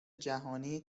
جهانی